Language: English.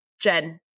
Jen